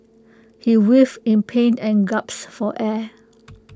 he writhed in pain and gasped for air